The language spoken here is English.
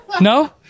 No